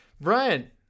Brian